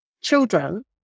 children